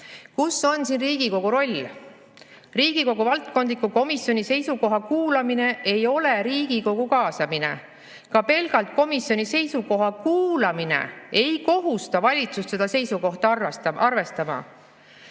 Kus on siin Riigikogu roll? Riigikogu valdkondliku komisjoni seisukoha kuulamine ei ole Riigikogu kaasamine. Ka pelgalt komisjoni seisukoha kuulamine ei kohusta valitsust seda seisukohta arvestama.